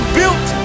built